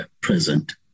present